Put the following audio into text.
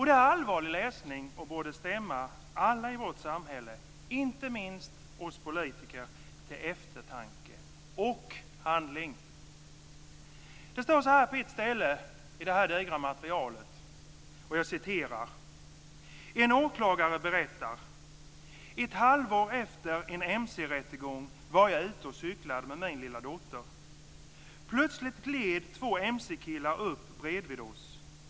Det är allvarlig läsning och borde stämma alla i vårt samhälle, inte minst oss politiker, till eftertanke och handling. På ett ställe i det digra materialet står det följande: - Ett halvår efter en mc-rättegång var jag ute och cyklade med min lilla dotter. Plötsligt gled två mckillar upp bredvid oss.